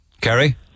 Kerry